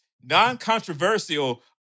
non-controversial